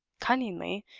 cunningly,